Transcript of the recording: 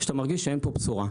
שאתה מרגיש שאין פה בשורה.